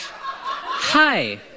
Hi